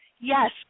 Yes